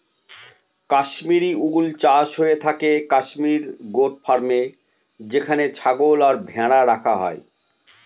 Kashmiri wool চাষ হয়ে থাকে কাশ্মির গোট ফার্মে যেখানে ছাগল আর ভেড়া রাখা হয়